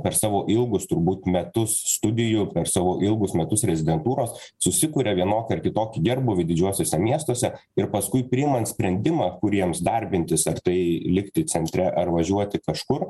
per savo ilgus turbūt metus studijų savo ilgus metus rezidentūros susikuria vienokį ar kitokį gerbūvį didžiuosiuose miestuose ir paskui priimant sprendimą kuriems darbintis ar tai likti centre ar važiuoti kažkur